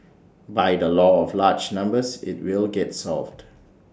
by the law of large numbers IT will get solved